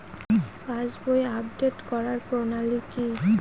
পাসবই update করার প্রণালী কি?